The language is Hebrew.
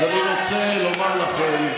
אז אני רוצה לומר לכם,